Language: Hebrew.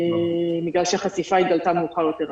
בגלל שהחשיפה התגלתה מאוחר יותר.